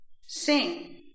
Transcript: Sing